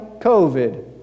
COVID